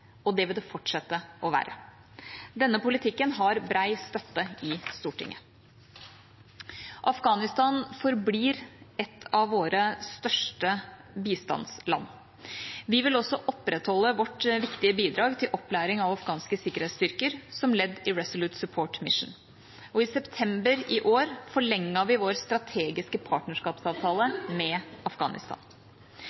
og det vil det fortsette å være. Denne politikken har bred støtte i Stortinget. Afghanistan forblir et av våre største bistandsland. Vi vil også opprettholde vårt viktige bidrag til opplæring av afghanske sikkerhetsstyrker som ledd i Resolute Support Mission, og i september i år forlenget vi vår strategiske partnerskapsavtale